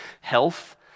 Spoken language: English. health